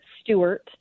Stewart